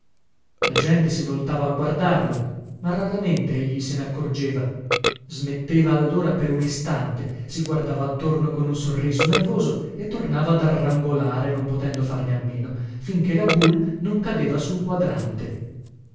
la gente si voltava a guardarlo ma raramente egli se naccorgeva smetteva allora per un istante si guardava attorno con un sorriso nervoso e tornava ad arrangolare non potendo farne a meno finché la boule non cadeva sul quadrante